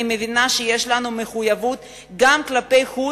אני מבינה שיש לנו מחויבות גם כלפי חוץ,